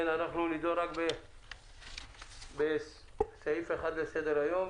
נדון רק בסעיף 1 לסדר-היום.